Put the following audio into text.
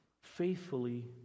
Faithfully